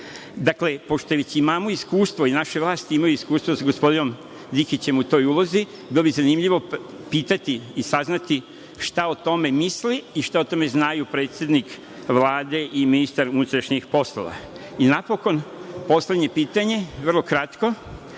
pošto već imamo iskustvo i naše vlasti imaju iskustvo sa gospodinom Dikićem u toj ulozi, bilo bi zanimljivo pitati i saznati šta o tome misle i šta o tome znaju predsednik Vlade i ministar unutrašnjih poslova. Napokon, poslednje pitanje, vrlo kratko,